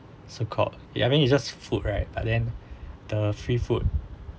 so called ya I mean it's just food right but then the free food